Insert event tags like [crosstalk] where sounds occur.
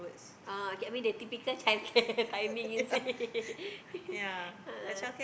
oh you mean the typical childcare timing is it [laughs] a'ah